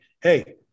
hey